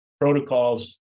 protocols